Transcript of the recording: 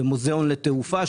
מוזיאון לתעופה,